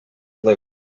float